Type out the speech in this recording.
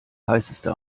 heißeste